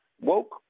woke